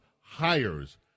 hires